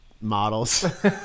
models